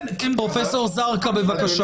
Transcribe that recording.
פרופסור זרקא, בבקשה.